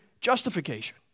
justification